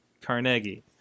carnegie